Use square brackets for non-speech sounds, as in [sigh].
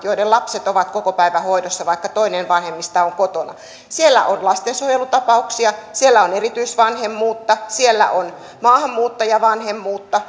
[unintelligible] joiden lapset ovat kokopäivähoidossa vaikka toinen vanhemmista on kotona siellä on lastensuojelutapauksia siellä on erityisvanhemmuutta siellä on maahanmuuttajavanhemmuutta [unintelligible]